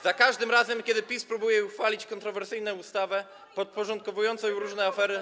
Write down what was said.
Za każdym razem, kiedy PiS próbuje uchwalić kontrowersyjną ustawę podporządkowującą różne sfery.